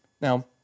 Now